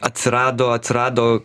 atsirado atsirado